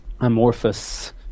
amorphous